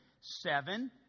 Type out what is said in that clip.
seven